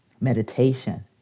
Meditation